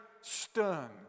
stern